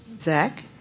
Zach